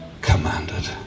commanded